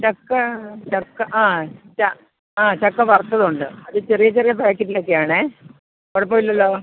ചക്ക ചക്ക ആ ച ആ ചക്ക വറുത്തതുണ്ട് അത് ചെറിയ ചെറിയ പായ്ക്കറ്റിലൊക്കെയാണേൽ കുഴപ്പം ഇല്ലല്ലോ